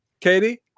Katie